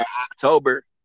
October